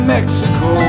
Mexico